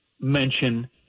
mention